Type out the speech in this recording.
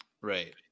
Right